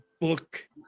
book